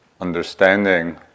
understanding